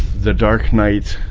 the dark knight